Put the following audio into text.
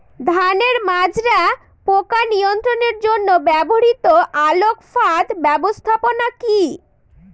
ধানের মাজরা পোকা নিয়ন্ত্রণের জন্য ব্যবহৃত আলোক ফাঁদ ব্যবস্থাপনা কি?